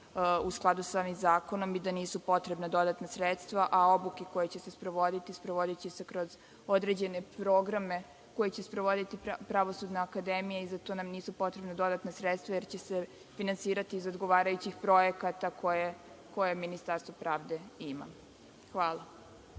u skladu sa ovim zakonom i da nisu potrebna dodatna sredstva, a obuka koja će se sprovoditi će se sprovoditi kroz određene programe koje će sprovoditi Pravosudna akademija. Za to nam nisu potrebna dodatna sredstva, jer će se finansirati iz odgovarajućih projekata koja Ministarstvo pravde ima.